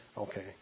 Okay